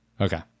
Okay